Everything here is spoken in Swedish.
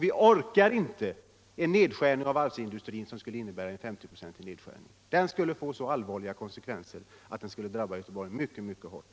Vi orkar inte med en 50-procentig nedskärning av varvsindustrin. Den skulle få mycket allvarliga konsekvenser och drabba Göteborg mycket hårt.